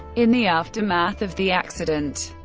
in the aftermath of the accident,